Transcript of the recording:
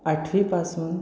आठवीपासून